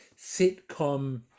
sitcom